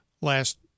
last